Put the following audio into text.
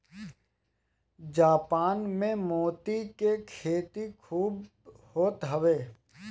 Japan में मोती के खेती खूब होत हवे